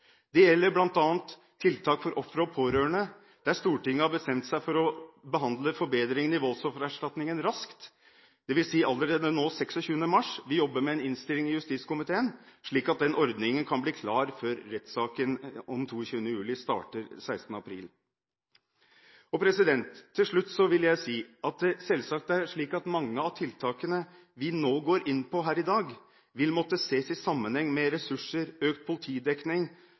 Det gjelder bl.a. tiltak for ofre og pårørende. Stortinget har bestemt seg for å behandle forbedringer i voldsoffererstatningsordningen raskt, dvs. allerede 26. mars. Vi jobber med en innstilling i justiskomiteen, slik at den ordningen kan bli klar før rettssaken om 22. juli starter 16. april. Til slutt vil jeg si at selvsagt er det slik at mange av tiltakene vi nå går inn på her i dag, vil måtte ses i sammenheng med ressurser og økt politidekning